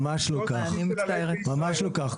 ממש לא כך.